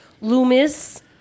Loomis